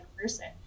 person